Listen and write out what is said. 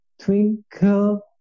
twinkle